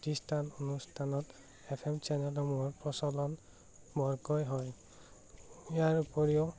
প্ৰতিষ্ঠান অনুষ্ঠানত F M চেনেলসমূহৰ প্ৰচলন বৰকৈ হয় ইয়াৰ উপৰিও